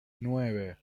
nueve